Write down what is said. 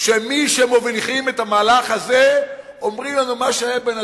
שמי שמובילים את המהלך הזה אומרים לנו: מה שהיה בהתנתקות,